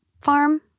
farm